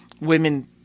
women